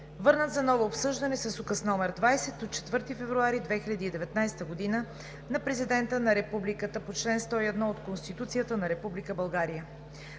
върнат за ново обсъждане с Указ № 20 от 4 февруари 2019 г. на Президента на Републиката по чл. 101 от Конституцията на Република България.